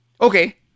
Okay